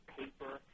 paper